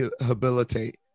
rehabilitate